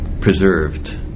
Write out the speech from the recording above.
preserved